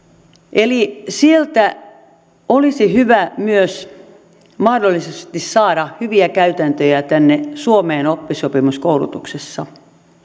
eli sieltä olisi hyvä myös mahdollisesti saada hyviä käytäntöjä tänne suomeen oppisopimuskoulutuksessa